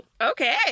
Okay